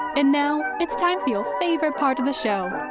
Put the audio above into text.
and now it's time for your favorite part of the show,